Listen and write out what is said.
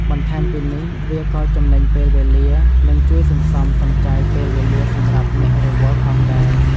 បន្ថែមពីនេះវាក៏ចំណេញពេលវេលា និងជួយសន្សំសំចៃពេលវេលាសម្រាប់អ្នករវល់ផងដែរ។